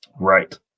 right